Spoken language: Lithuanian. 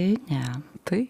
ne tai